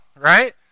right